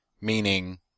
meaning